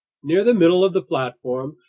near the middle of the platform,